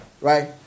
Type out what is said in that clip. Right